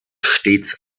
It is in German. stets